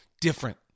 different